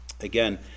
Again